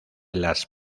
las